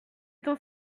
temps